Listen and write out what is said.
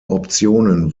optionen